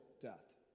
death